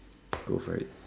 go for it